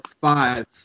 five